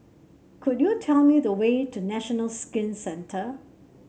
could you tell me the way to National Skin Centre